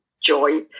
joy